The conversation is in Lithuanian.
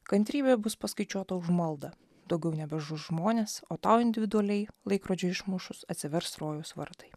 kantrybė bus paskaičiuota už maldą daugiau nebežus žmonės o tau individualiai laikrodžiui išmušus atsivers rojaus vartai